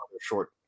short